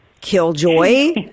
Killjoy